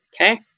Okay